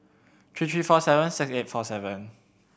three three four seven six eight four seven